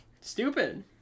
Stupid